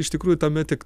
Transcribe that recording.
iš tikrųjų tame tik